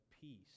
peace